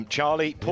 Charlie